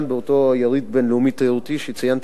באותו יריד בין-לאומי תיירותי שציינתי,